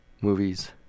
movies